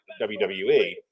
WWE